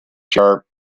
sharp